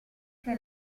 che